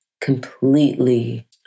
completely